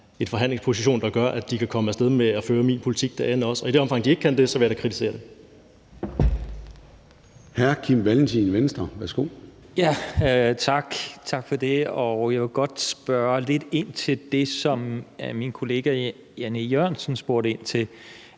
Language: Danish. en forhandlingsposition, der gør, at de kan komme af sted med at føre min politik derinde også. Og i det omfang, de ikke kan det, vil jeg da kritisere det. Kl. 14:03 Formanden (Søren Gade): Hr. Kim Valentin, Venstre. Værsgo. Kl. 14:03 Kim Valentin (V): Tak for det. Jeg vil godt spørge lidt ind til det, som min kollega Jan E. Jørgensen spurgte ind til,